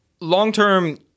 Long-term